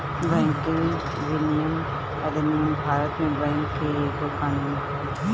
banking विनियमन अधिनियम भारत में बैंक के एगो कानून हवे